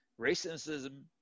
Racism